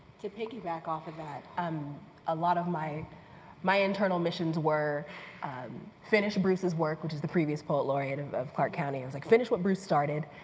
to piggyback off of that, um a lot of my my internal missions were finish bruce's work, which is the previous poet laureate of of clark county. it was like, finish what bruce started.